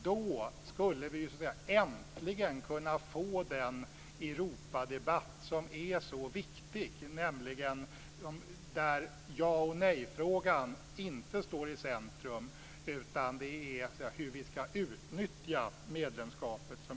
Då skulle vi äntligen kunna få den Europadebatt som är så viktig, nämligen där det inte är ja-eller-nej-frågan som står i centrum utan i stället frågan om hur vi ska utnyttja medlemskapet.